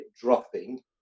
dropping